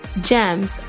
GEMS